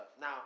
Now